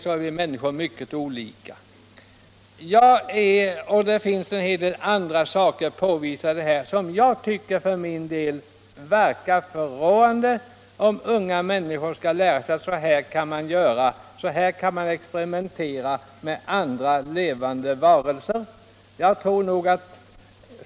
I detta avsnitt i skriften Aktuellt från skolöverstyrelsen nr 56 finns också en del andra exempel, som jag tycker måste verka förråande på unga människor, som får lära sig att så här kan man experimentera med levande varelser.